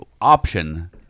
option